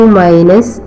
minus